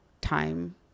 time